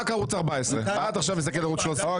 ערוץ 14. מה את עכשיו מסתכלת על ערוץ 13?